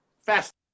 fast